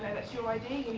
that's your idea,